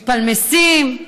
מתפלמסים.